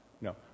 no